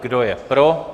Kdo je pro?